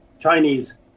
Chinese